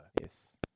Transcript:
Yes